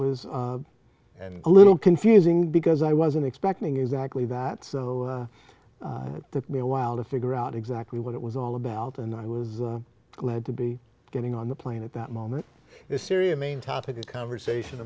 was a little confusing because i wasn't expecting exactly that so the me awhile to figure out exactly what it was all about and i was glad to be getting on the plane at that moment is syria main topic of conversation